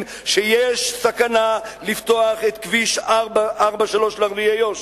שיש סכנה בפתיחת כביש 443 לערביי יו"ש,